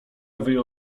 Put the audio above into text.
wyjął